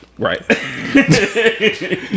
Right